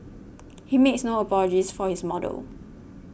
he makes no apologies for his model